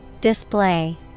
Display